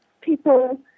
people